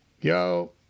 Yo